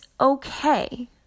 okay